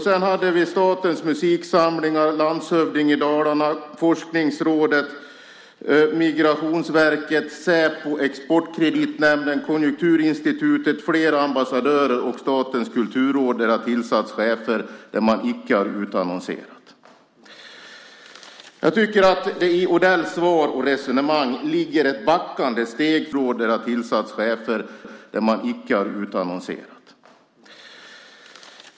Sedan hade vi Statens musiksamlingar, landshövding i Dalarna, Forskningsrådet, Migrationsverket, Säpo, Exportkreditnämnden, Konjunkturinstitutet, flera ambassadörer och Statens kulturråd där det tillsatts chefer där man icke har utannonserat.